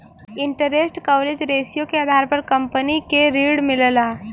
interest coverage ratio के आधार पर कंपनी के ऋण मिलला